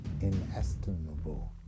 inestimable